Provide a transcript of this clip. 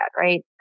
right